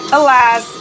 alas